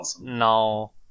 no